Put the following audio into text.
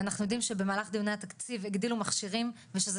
אנחנו יודעים שבמהלך דיוני התקציב הגדילו מכשירים ושזה